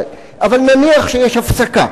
אבל נניח שיש הפסקה,